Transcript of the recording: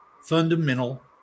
fundamental